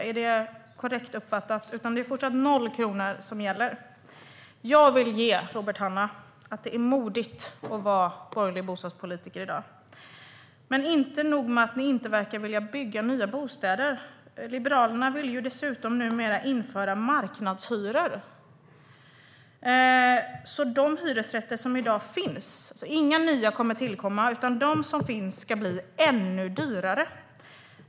Är det korrekt uppfattat? Det är fortsatt noll kronor som gäller. Detta kan jag ge Robert Hannah: Det är modigt att vara borgerlig bostadspolitiker i dag. Inte nog med att ni inte verkar vilja bygga nya bostäder; Liberalerna vill dessutom numera införa marknadshyror. Inga hyresrätter kommer att tillkomma, och de som i dag finns ska bli ännu dyrare.